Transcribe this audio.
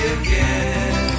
again